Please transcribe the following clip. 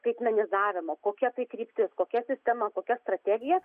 skaitmenizavimo kokia tai kryptis kokia sistema kokia strategija